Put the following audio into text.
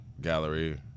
gallery